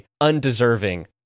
undeserving